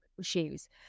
shoes